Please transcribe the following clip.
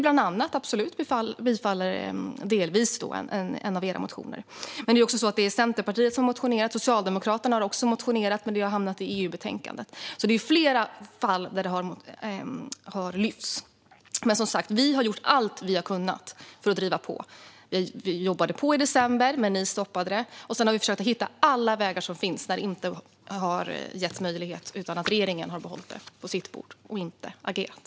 Bland annat tillstyrker vi delvis en av era motioner. Även Centerpartiet och Socialdemokraterna har väckt motioner, men de har hamnat i EU-betänkandet. Frågan har lyfts upp i flera fall, och vi har gjort allt vi har kunnat för att driva på. Vi jobbade på i december, men ni stoppade förslaget. Sedan har vi försökt att hitta alla vägar som finns, men regeringen har behållit frågan på sitt bord och har inte agerat.